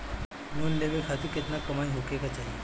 Loan लेवे खातिर केतना कमाई होखे के चाही?